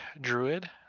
druid